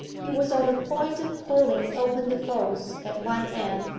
he was on the point of pulling open the folds at one end,